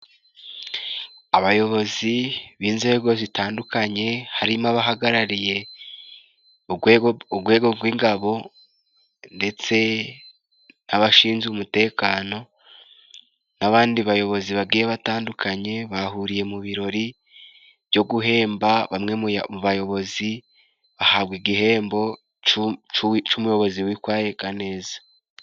Abayobozi b'inzego zitandukanye harimo abahagarariye ugwego rw'ingabo, ndetse n'abashinzwe umutekano n'abandi bayobozi bagiye batandukanye. Bahuriye mu birori byo guhemba, bamwe mu bayobozi bahabwa igihembo cy'umuyobozi witwararika neza.